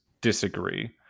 disagree